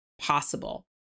possible